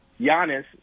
Giannis